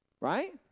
right